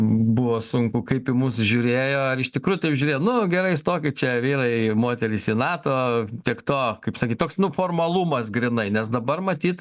buvo sunku kaip į mus žiūrėjo ar iš tikrųjų taip žiurėjo nu gerai stokit čia vyrai moterys į nato tiek to kaip sakyt toks nu formalumas grynai nes dabar matyt